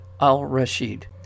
Al-Rashid